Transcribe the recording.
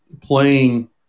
playing –